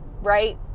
right